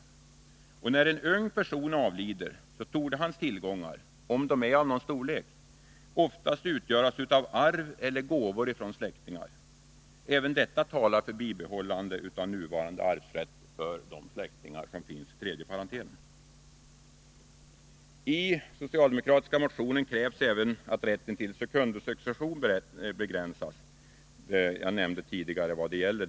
När en ung person avlider torde hans tillgångar — om de är av någon storlek — oftast utgöras av arv eller gåvor från släktingar. Även detta talar för bibehållande av nuvarande arvsrätt för de släktningar som finns i tredje parentelen. I den socialdemokratiska motionen krävs även att rätten till sekundosuccession begränsas. Jag nämnde tidigare vad det gäller.